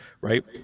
right